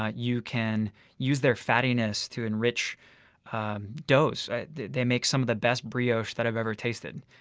ah you can use their fattiness to enrich doughs they make some of the best brioche that i've ever tasted.